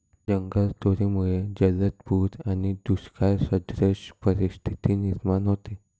जंगलतोडीमुळे जलद पूर आणि दुष्काळसदृश परिस्थिती निर्माण होते